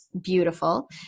beautiful